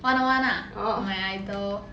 wanna one lah my idol